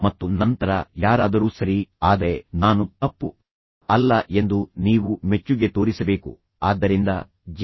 ಮತ್ತು ನಂತರ ಯಾರಾದರೂ ಸರಿ ಆದರೆ ನಾನು ತಪ್ಪು ಅಲ್ಲ ಎಂದು ನೀವು ಮೆಚ್ಚುಗೆ ತೋರಿಸಬೇಕು ಆದ್ದರಿಂದ ಜಿ